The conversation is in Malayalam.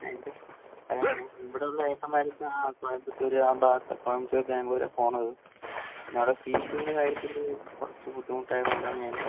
രണ്ടും അത് ആണ് ഇവിടെ ഉള്ള ഏട്ടൻമാരിക്ക് ആ കോയമ്പത്തൂര് ആ ഭാഗത്ത് പക്ഷെ ബാംഗ്ലൂരാണ് പോകുന്നത് പിന്നെ അവിടെ സീറ്റിൻ്റെ കാര്യത്തില് കുറച്ച് ബുദ്ധിമുട്ട് ആയത് കൊണ്ട് ആണ് ഞാൻ